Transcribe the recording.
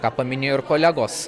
ką paminėjo ir kolegos